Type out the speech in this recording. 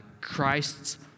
Christ's